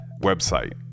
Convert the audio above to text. website